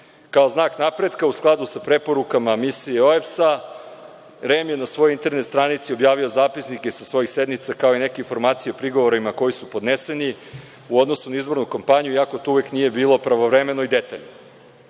znak napretka u skladu sa preporukama misije OEPS, REM je na svojoj internet stranici objavio zapisnike sa svojih sednica, kao i neke informacije o prigovorima koji se podneseni u odnosu na izbornu kampanju, iako to uvek nije bilo pravovremeno i detaljno. Ja